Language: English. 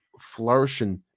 flourishing